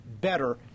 better